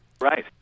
Right